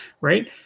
right